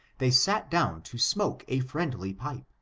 they sat down to smoke a friendly pipe,